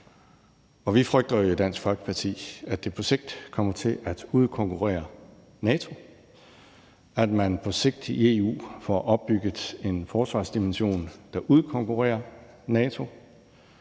vi frygter i Dansk Folkeparti, at det på sigt kommer til at udkonkurrere NATO; at man på sigt i EU får opbygget en forsvarsdimension, der udkonkurrerer NATO;